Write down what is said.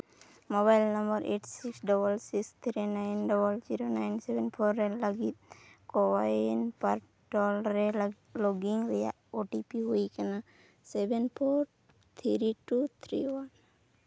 mobile number eight six double six three nine double zero nine seven four ᱨᱮ ᱞᱟᱹᱜᱤᱫ ᱠᱳᱼᱩᱭᱤᱱ portal ᱨᱮ login ᱨᱮᱭᱟᱜ ᱳᱴᱤᱯᱤ ᱦᱩᱭ ᱠᱟᱱᱟ seven four three two three one